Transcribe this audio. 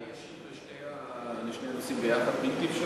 אולי אני אשיב על שני הנושאים ביחד, בלתי אפשרי?